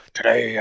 Today